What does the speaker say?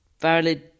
valid